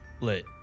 Lit